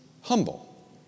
humble